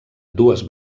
dues